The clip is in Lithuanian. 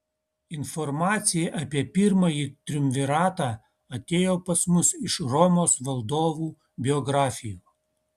informacija apie pirmąjį triumviratą atėjo pas mus iš romos valdovų biografijų